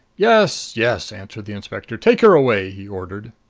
yes, yes, answered the inspector. take her away! he ordered.